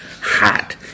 hot